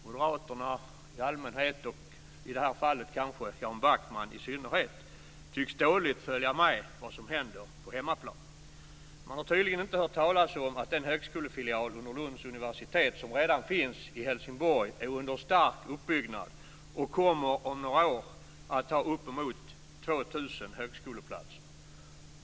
Moderaterna i allmänhet och, i det här fallet, Jan Backman i synnerhet tycks dåligt följa med i vad som händer på hemmaplan. Man har tydligen inte hört talas om att den högskolefilial under Lunds universitet som redan finns i Helsingborg är under stark uppbyggnad. Den kommer om några år att ha uppemot 2 000 högskoleplatser.